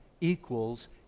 equals